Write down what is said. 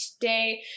today